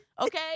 Okay